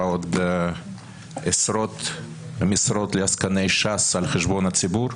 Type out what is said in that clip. עוד עשרות משרות לעסקני ש"ס על חשבון הציבור,